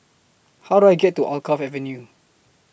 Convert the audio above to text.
How Do I get to Alkaff Avenue